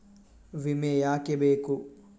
ವಿಮೆ ಯಾಕೆ ಬೇಕು?